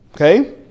Okay